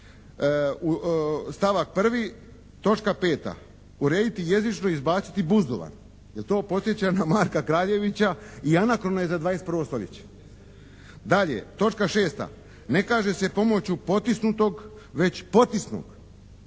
Stavak 1., točka 5. Urediti jezično, izbaciti buzdovan. Jel' to podsjeća na Marka Kraljevića i anakrono je za 21. stoljeće? Dalje, točka 6. Ne kaže se: «Pomoću potisnutog» već potisnog.